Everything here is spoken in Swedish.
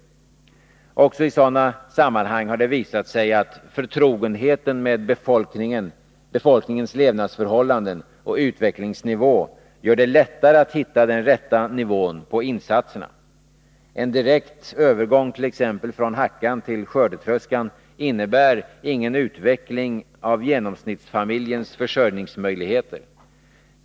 Också i sådana sammanhang har det visat sig att förtrogenhet med befolkningens levnadsförhållanden och utvecklingsnivå gör det lättare att hitta den rätta nivån på insatserna. Exempelvis en direkt övergång från hackan till skördetröskan innebär ingen utveckling av genomsnittsfamiljens försörjningsmöjligheter.